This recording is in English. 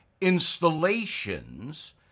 installations